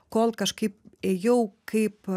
kol kažkaip ėjau kaip